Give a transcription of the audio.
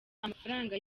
amafaranga